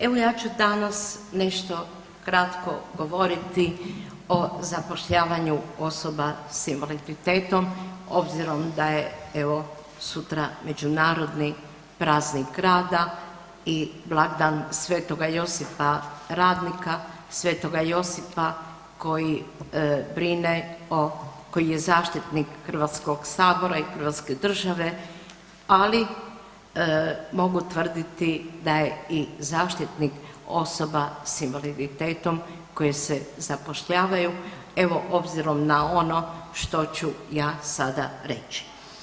Evo ja ću danas nešto kratko govoriti o zapošljavanju osoba sa invaliditetom obzirom da je evo sutra Međunarodni praznik rada i blagdan Sv. Josipa radnika, Sv. Josipa koji brine o, koji je zaštitnik Hrvatskog sabora i hrvatske države ali mogu tvrditi da je i zaštitnik osoba sa invaliditetom koje se zapošljavaju evo obzirom na ono što ću ja sada reći.